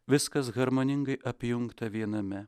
viskas harmoningai apjungta viename